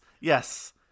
yes